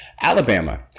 Alabama